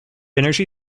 energy